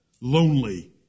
lonely